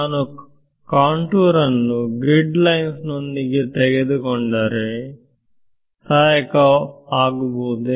ನಾನು ಕಾಂಟೂರ್ ಅನ್ನು grid lines ನೊಂದಿಗೆ ತೆಗೆದುಕೊಂಡರೆ ಸಹಾಯಕ ಆಗುವುದೇ